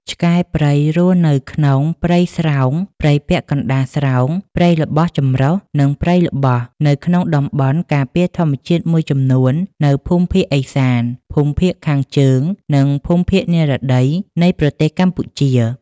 ឆ្កែព្រៃរស់នៅក្នុងព្រៃស្រោង ព្រៃពាក់កណ្តាលស្រោង ព្រៃល្បោះចម្រុះ និងព្រៃល្បោះនៅក្នុងតំបន់ការពារធម្មជាតិមួយចំនួននៅភូមិភាគឦសាន ភូមិភាគខាងជើង និងភូមិភាគនិរតី នៃប្រទេសកម្ពុជា។